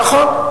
נכון.